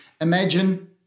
Imagine